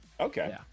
Okay